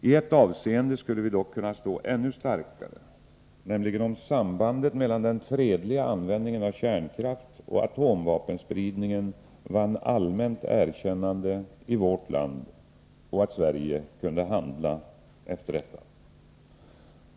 I ett avseende skulle vi dock kunna stå ännu starkare, nämligen om sambandet mellan den fredliga användningen av kärnkraft och atomvapenspridningen vann allmänt erkännande i vårt land och Sverige kunde handla efter det.